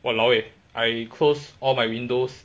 !walao! eh I close all my windows